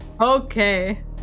Okay